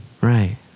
Right